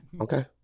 Okay